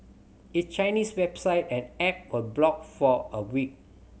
its Chinese website and app were blocked for a week